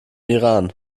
iran